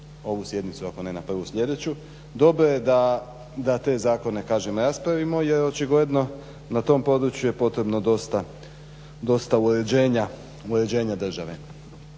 ovu sjednicu ako ne na prvu sljedeću. Dobro je da te zakone raspravimo jer očigledno na tom području je potrebno dosta uređenja države.